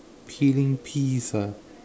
peeling peas ah